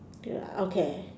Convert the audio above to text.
ya okay